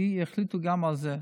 יחליטו גם על זה.